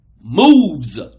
Moves